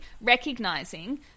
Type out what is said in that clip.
recognizing